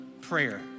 prayer